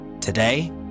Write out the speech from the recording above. Today